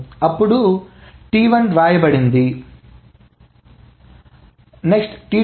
అప్పుడు వ్రాయండి T1 B 2 3 ఉందనుకుందాం